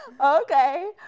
Okay